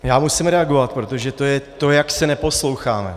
Já musím reagovat, protože to je to, jak se neposloucháme.